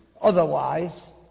Otherwise